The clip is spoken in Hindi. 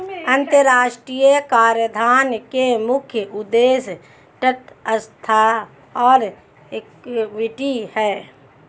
अंतर्राष्ट्रीय कराधान के मुख्य उद्देश्य तटस्थता और इक्विटी हैं